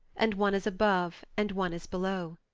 and one is above and one is below.